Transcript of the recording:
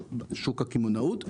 בשוק הקמעונאות,